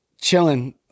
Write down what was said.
chilling